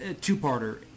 two-parter